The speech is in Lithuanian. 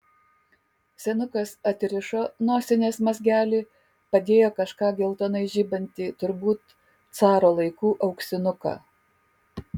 senukas atrišo nosinės mazgelį padėjo kažką geltonai žibantį turbūt caro laikų auksinuką